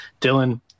dylan